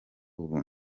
ubu